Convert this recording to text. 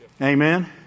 Amen